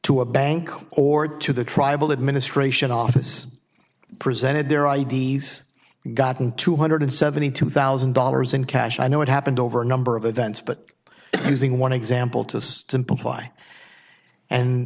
to a bank or to the tribal administration office presented their i d s gotten two hundred seventy two thousand dollars in cash i know it happened over a number of events but using one example to